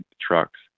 trucks